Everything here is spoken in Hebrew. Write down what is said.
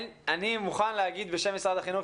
אני מוכן להגיד בשם משרד החינוך,